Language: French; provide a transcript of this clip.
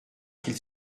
qu’il